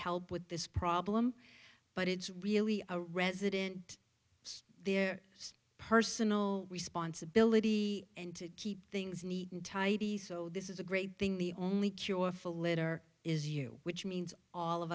help with this problem but it's really a resident there personal responsibility and to keep things neat and tidy so this is a great thing the only cure for litter is you which means all of